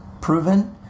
proven